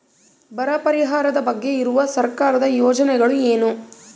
ಬರ ಪರಿಹಾರದ ಬಗ್ಗೆ ಇರುವ ಸರ್ಕಾರದ ಯೋಜನೆಗಳು ಏನು?